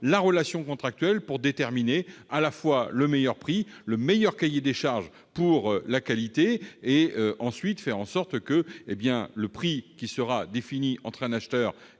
la relation contractuelle pour déterminer à la fois le meilleur prix, le meilleur cahier des charges pour la meilleure qualité possible et pour faire en sorte que le prix qui sera fixé entre un acheteur